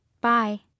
Bye